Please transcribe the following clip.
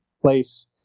place